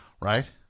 right